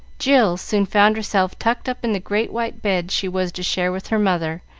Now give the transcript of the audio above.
jill soon found herself tucked up in the great white bed she was to share with her mother,